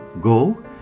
Go